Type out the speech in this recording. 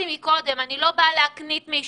אני לא באה להקניט מישהו,